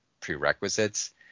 prerequisites